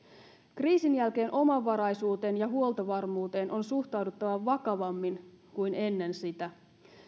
kriisin jälkeen omavaraisuuteen ja huoltovarmuuteen on suhtauduttava vakavammin kuin ennen sitä